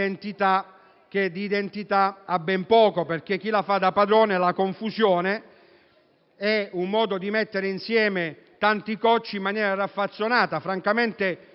che di identità ha ben poco, perché chi la fa da padrone sono la confusione e un modo di mettere insieme tanti cocci in maniera raffazzonata. Francamente non so